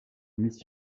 miss